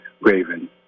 Raven